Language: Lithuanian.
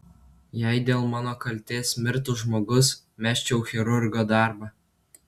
jei dėl mano kaltės mirtų žmogus mesčiau chirurgo darbą